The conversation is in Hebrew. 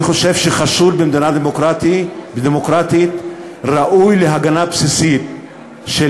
אני חושב שבמדינה דמוקרטית חשוד ראוי להגנה בסיסית של